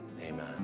amen